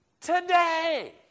today